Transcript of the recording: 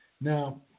Now